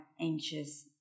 anxious